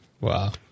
Wow